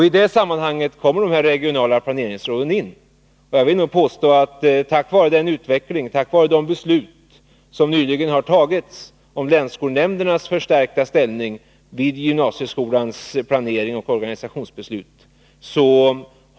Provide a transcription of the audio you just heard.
I det sammanhanget kommer de regionala planeringsråden in. Jag vill nog påstå att samma frågor väsendet gemensamma frågor planeringsråden har blivit ännu tyngre än tidigare tack vare de beslut som nyligen har fattats om länsskolnämndernas förstärkta ställning i samband med gymnasieskolans planeringsoch organisationsbeslut.